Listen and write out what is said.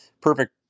perfect